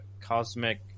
cosmic